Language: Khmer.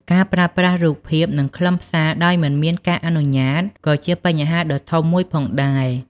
ការប្រើប្រាស់រូបភាពនិងខ្លឹមសារដោយមិនមានការអនុញ្ញាតក៏ជាបញ្ហាដ៏ធំមួយផងដែរ។